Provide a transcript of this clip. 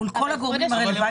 מול כל הגורמים הרלוונטיים.